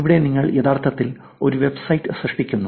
ഇവിടെ നിങ്ങൾ യഥാർത്ഥത്തിൽ ഒരു വെബ്സൈറ്റ് സൃഷ്ടിക്കുന്നു